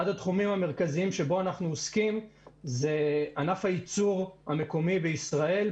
אחד התחומים המרכזיים שבהם אנחנו עוסקים זה ענף הייצור המקומי בישראל,